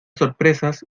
sorpresas